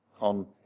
on